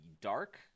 dark